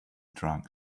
drank